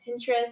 Pinterest